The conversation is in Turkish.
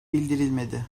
bildirilmedi